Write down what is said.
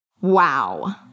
Wow